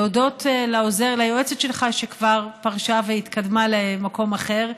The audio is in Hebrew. להודות ליועצת שלך, שכבר פרשה והתקדמה למקום אחר,